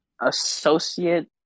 Associate